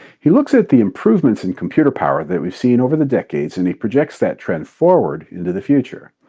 he looks at the improvements in computer power that we've seen over the decades and he projects that trend forward into the future.